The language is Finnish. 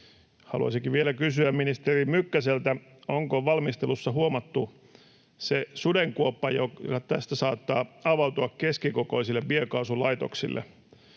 Haluaisinkin vielä kysyä ministeri Mykkäseltä: Onko valmistelussa huomattu se sudenkuoppa, joka tästä saattaa avautua keskikokoisille biokaasulaitoksille?